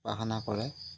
উপাসানা কৰে